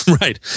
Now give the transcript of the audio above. Right